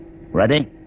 Ready